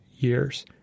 Years